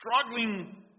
struggling